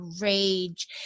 rage